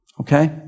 Okay